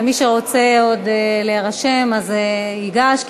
ומי שרוצה עוד להירשם ייגש,